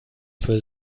für